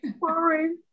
Sorry